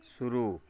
शुरू